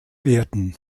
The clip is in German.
werden